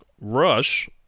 Rush